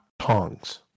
tongs